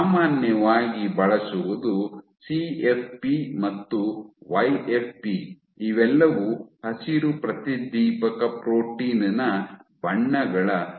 ಸಾಮಾನ್ಯವಾಗಿ ಬಳಸುವುದು C F P ಮತ್ತು ವೈ ಎಫ್ ಪಿ ಇವೆಲ್ಲವೂ ಹಸಿರು ಪ್ರತಿದೀಪಕ ಪ್ರೋಟೀನ್ ನ ಬಣ್ಣಗಳ ರೂಪಾಂತರಗಳಾಗಿವೆ